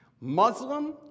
Muslim